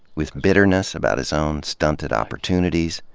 with bitterness about his own stunted opportunities.